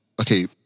okay